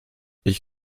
ich